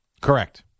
Correct